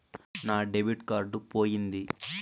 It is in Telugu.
నా డెబిట్ కార్డు పోయింది